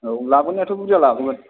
औ लाबोनायाथ' बुरजा लाबोगोन